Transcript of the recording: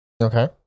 Okay